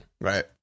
right